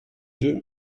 neuf